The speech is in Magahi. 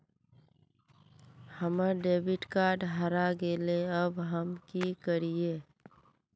हमर डेबिट कार्ड हरा गेले अब हम की करिये?